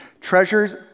Treasures